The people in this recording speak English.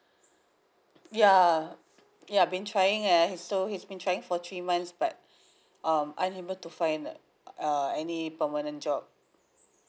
ya ya been trying uh so he's been trying for three months but um unable to find uh any permanent job